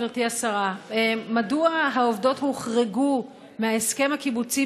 גברתי השרה: 1. מדוע העובדות הוחרגו מההסכם הקיבוצי